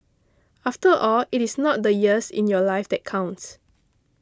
after all it is not the years in your life that count